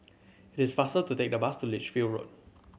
it is faster to take the bus to Lichfield Road